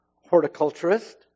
horticulturist